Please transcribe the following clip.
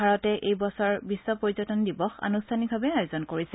ভাৰতে এইবছৰ বিশ্ব পৰ্যটন দিৱস চৰকাৰীভাৱে আয়োজন কৰিছে